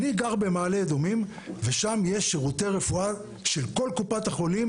אני גר במעלה אדומים ושם יש שירותי רפואה של כל קופות החולים,